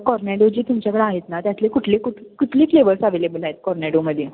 cornetto जे तुमच्याकडे आहेत ना त्यातले कुठले कु कुठले फ्लेवर्स अवेलेबल आहेत कॉर्नेडोमध्ये